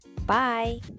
Bye